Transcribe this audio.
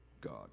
God